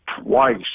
twice